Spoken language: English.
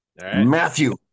matthew